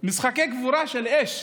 משחקי גבורה של אש: